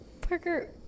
Parker